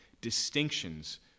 distinctions